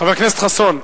חבר הכנסת חסון.